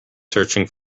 searching